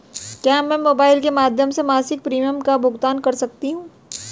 क्या मैं मोबाइल के माध्यम से मासिक प्रिमियम का भुगतान कर सकती हूँ?